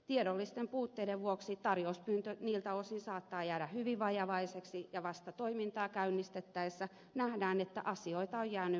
tiedollisten puutteiden vuoksi tarjouspyyntö niiltä osin saattaa jäädä hyvin vajavaiseksi ja vasta toimintaa käynnistettäessä nähdään että asioita on jäänyt määrittelemättä